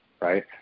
right